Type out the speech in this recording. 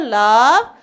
love